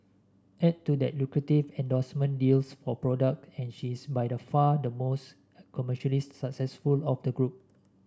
add to that lucrative endorsement deals for product and she is by far the most commercially successful of the group